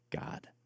God